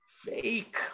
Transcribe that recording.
Fake